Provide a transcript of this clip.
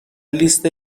لیست